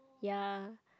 ya